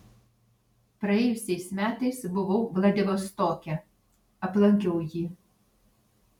praėjusiais metais buvau vladivostoke aplankiau jį